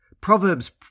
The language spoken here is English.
Proverbs